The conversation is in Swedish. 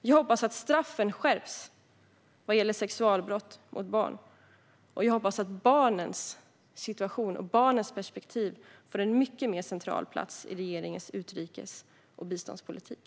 Jag hoppas att straffen skärps vad gäller sexualbrott mot barn. Och jag hoppas att barnens situation och barnens perspektiv får en mycket mer central plats i regeringens utrikes och biståndspolitik.